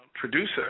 producer